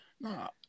No